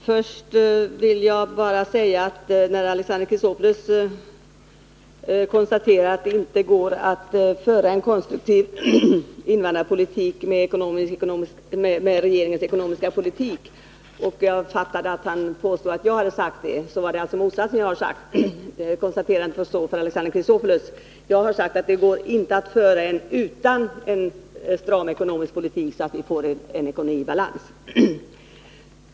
Herr talman! Alexander Chrisopoulos påstår — om jag fattade honom rätt — att jag har sagt att det inte går att föra en konstruktiv invandrarpolitik med regeringens ekonomiska politik. Det är motsatsen jag har sagt, och det konstaterandet får alltså stå för hans räkning. Jag har understrukit att det inte går att föra en konstruktiv invandrarpolitik utan en stram ekonomisk politik så att vi får en ekonomi i balans.